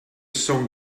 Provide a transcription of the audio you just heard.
song